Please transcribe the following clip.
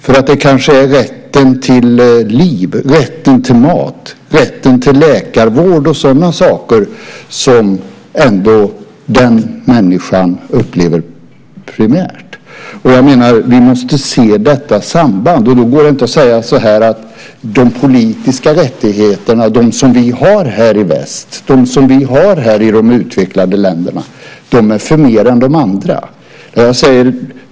Det är kanske rätten till liv, mat, läkarvård och sådana saker som den människan upplever som primärt. Vi måste se detta samband. Då går det inte att säga att de politiska rättigheter som vi har i väst, i de utvecklade länderna, är förmer än andra.